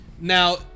now